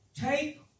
take